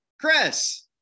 Chris